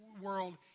world